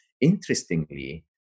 interestingly